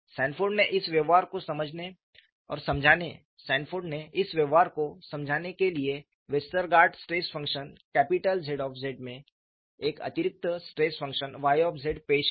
Sanford ने इस व्यवहार को समझाने के लिए Westergaard stress function capital Z में एक अतिरिक्त स्ट्रेस फंक्शन Y पेश किया